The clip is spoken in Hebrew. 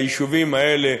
ליישובים האלה,